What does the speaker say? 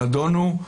נדונו?